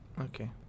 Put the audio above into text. Okay